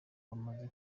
bamaze